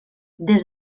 des